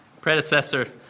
predecessor